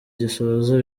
gisoza